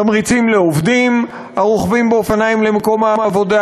תמריצים לעובדים המגיעים באופניים למקום העבודה